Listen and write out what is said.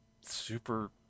super